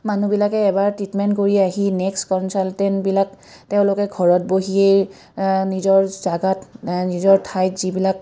মানুহবিলাকে এবাৰ ট্ৰিটমেণ্ট কৰি আহি নেক্সট কঞ্চালটেণ্টবিলাক তেওঁলোকে ঘৰত বহিয়েই নিজৰ জাগাত নিজৰ ঠাইত যিবিলাক